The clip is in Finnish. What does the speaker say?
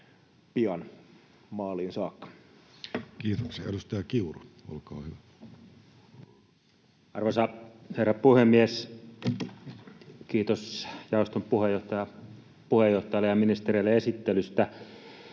pian maaliin saakka? Kiitoksia. — Edustaja Kiuru, olkaa hyvä. Arvoisa herra puhemies! Kiitos jaoston puheenjohtajalle ja ministerille esittelystä.